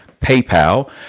PayPal